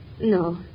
No